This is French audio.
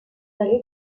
vallées